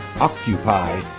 Occupy